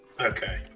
Okay